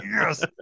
yes